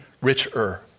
richer